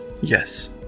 Yes